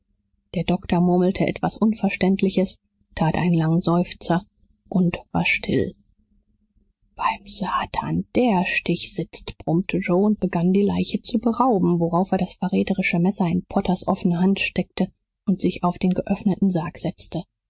der doktor murmelte etwas unverständliches tat einen langen seufzer und war still beim satan der stich sitzt brummte joe und begann die leiche zu berauben worauf er das verräterische messer in potters offene hand steckte und sich auf den geöffneten sarg setzte